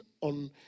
on